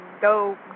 go